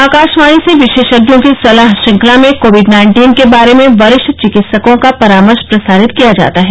आकाशवाणी से विशेषज्ञों की सलाह श्रृंखला में कोविड नाइन्टीन के बारे में वरिष्ठ चिकित्सकों का परामर्श प्रसारित किया जाता है